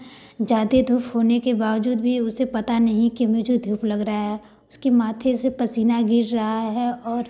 ज़्यादा धूप होने के बावजूद भी उसे पता नहीं कि मुझे धूप लग रहा है उसकी माथे से पसीना गिर रहा है और